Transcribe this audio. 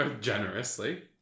generously